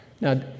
Now